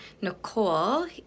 nicole